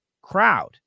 crowd